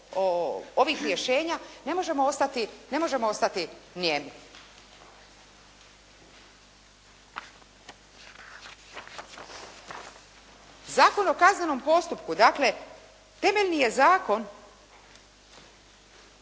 ovih rješenja ne možemo ostati nijemi. Zakon o kaznenom postupku dakle, temeljni je zakon